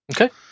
Okay